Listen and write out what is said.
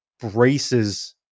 braces